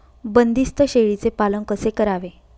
बंदिस्त शेळीचे पालन कसे करावे?